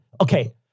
Okay